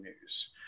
news